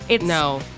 No